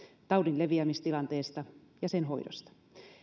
taudin leviämistilanteesta ja sen hoidosta